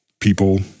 people